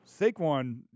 Saquon